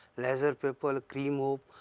laser paper, cream wove,